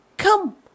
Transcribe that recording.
Come